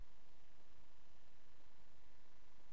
בפגישה